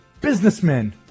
businessmen